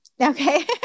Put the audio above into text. Okay